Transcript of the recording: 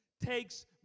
takes